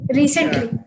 recently